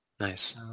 Nice